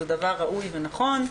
זה דבר ראוי ונכון,